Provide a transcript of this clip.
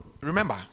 remember